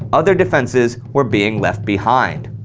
other defenses were being left behind.